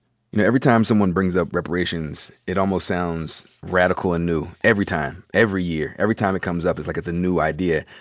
you know every time someone brings up reparations, it almost sounds radical and new, every time, every year, every time it comes up. it's like it's a new idea.